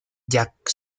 jack